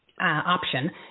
Option